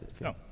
No